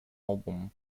album